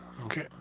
Okay